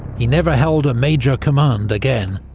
he never held a major command again,